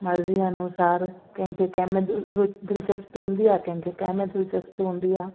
मर्ज़ी अनुसार कंहिं खे कंहिं में दिलि दिलिचस्पी हूंदी आहे कंहिं खे कंहिं में दिलिचस्पी हूंदी आहे